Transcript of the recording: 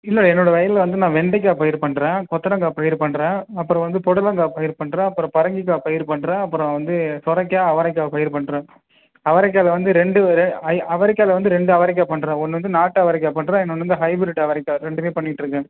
இல்லை என்னோட வயலில் வந்து நான் வெண்டைக்காய் பயிர் பண்ணுறேன் கொத்தரங்காய் பயிர் பண்ணுறேன் அப்புறம் வந்து பொடலங்காய் பயிர் பண்ணுறேன் அப்புறம் பரங்கிக்காய் பயிர் பண்ணுறேன் அப்புறம் வந்து சொரைக்காய் அவரைக்காய் பயிர் பண்ணுறேன் அவரைக்காவில வந்து ரெண்டு வெற ஐ அவரைக்காவில வந்து ரெண்டு அவரைக்காய் பண்ணுறேன் ஒன்று வந்து நாட்டு அவரைக்காய் பண்ணுறேன் இன்னொன்று வந்து ஹைபிரிட் அவரைக்காய் ரெண்டுமே பண்ணிட்டுருக்கேன்